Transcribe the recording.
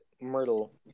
Myrtle